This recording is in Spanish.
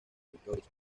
victorias